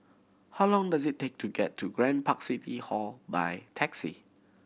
how long does it take to get to Grand Park City Hall by taxi